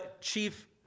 chief